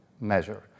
measure